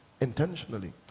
intentionally